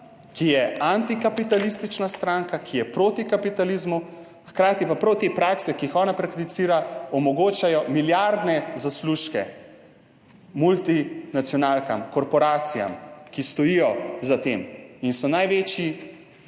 ki je antikapitalistična stranka, ki je proti kapitalizmu, hkrati pa prav te prakse, ki jih ona prakticira, omogočajo milijardne zaslužke multinacionalkam, korporacijam, ki stojijo za tem in največje